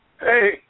hey